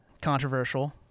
controversial